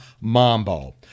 mambo